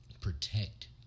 protect